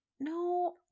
No